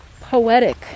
poetic